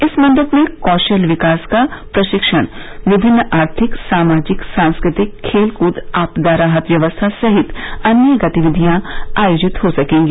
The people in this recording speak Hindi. इस मंडप में कौशल विकास का प्रशिक्षण विभिन्न आर्थिक सामाजिक सांस्कृतिक खेलकूद आपदा राहत व्यवस्था सहित अन्य गतिविधियां आयोजित हो सकेंगी